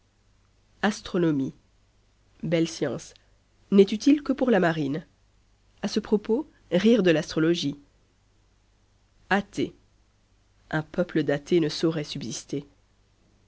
astronomie belle science n'est utile que pour la marine a ce propos rire de l'astrologie athée un peuple d'athée ne saurait subsister